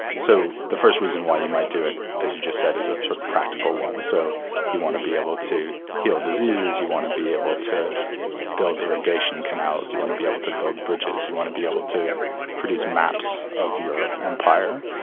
so the first reason why you might do it, as you just said, it's a sort of practical one, so you want to be able to heal diseases, you want to be able to build irrigation canals, you want to be able to build bridges, you want to be able to produce maps of your empire,